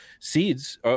seeds